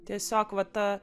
tiesiog va ta